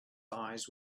eyes